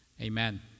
Amen